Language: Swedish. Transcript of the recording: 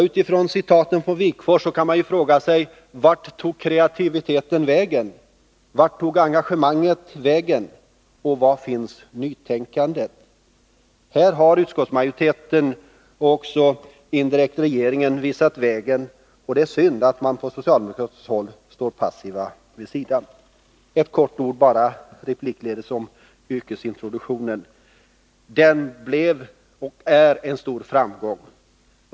Utifrån citaten från Wigforss kan man fråga sig: Vart tog kreativiteten och engagemanget vägen, och var finns nytänkandet? Utskottsmajoriteten och indirekt regeringen har visat vägen, och det är synd att man på socialdemokratiskt håll står passivt vid sidan. Helt kort replikledes om yrkesintroduktionen: Den blev och är en stor framgång.